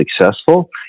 successful